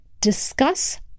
discuss